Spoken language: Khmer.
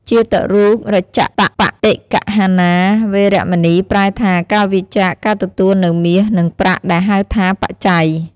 ជាតរូបរជតប្បដិគ្គហណា វេរមណី ប្រែថា ការវៀរចាកការទទួលនូវមាស និងប្រាក់ ដែលហៅថា បច្ច័យ។